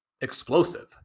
explosive